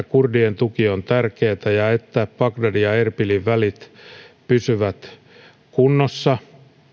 kurdien tuki on tärkeätä ja se että bagdadin ja ja erbilin välit pysyvät kunnossa